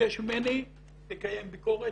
וביקש ממני לקיים ביקורת.